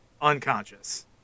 unconscious